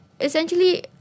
essentially